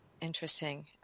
Interesting